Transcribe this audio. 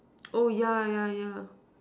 oh yeah yeah yeah